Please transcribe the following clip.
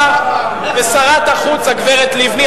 אתה ושרת החוץ, הגברת לבני.